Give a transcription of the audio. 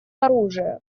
оружия